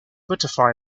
butterfly